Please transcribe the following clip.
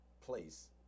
place